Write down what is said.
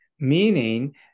Meaning